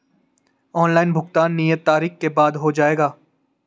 Online भुगतान नियत तारीख के बाद हो जाएगा?